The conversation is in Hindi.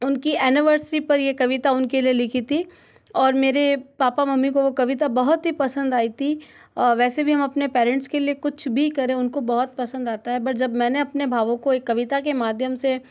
उनकी एनिवर्सरी पर ये कविता उनके लिए लिखी थी और मेरे पापा मम्मी को वो कविता बहुत ही पसंद आई थी वैसे भी हम अपने पेरेंट्स के लिए कुछ भी करें उनको बहुत पसंद आता है बट जब मैं अपने भावों को एक कविता के माध्यम से